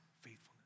faithfulness